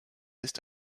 ist